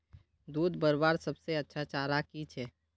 दूध बढ़वार सबसे अच्छा चारा की छे?